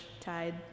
tide